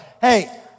hey